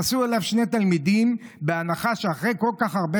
נסעו אליו שני תלמידים בהנחה שאחרי כל כך הרבה